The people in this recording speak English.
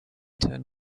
turn